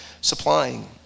supplying